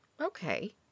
okay